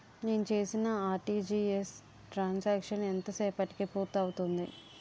నేను చేసిన RTGS transaction ఎంత సేపటికి పూర్తి అవుతుంది?